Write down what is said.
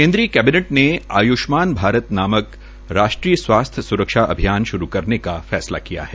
केन्द्रीय कैबिनेट ने आय्ष्मान भारत नामक राष्ट्रीय स्वास्थ्य स्रक्षा अभियान शुरू करने का फैसला किया है